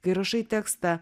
kai rašai tekstą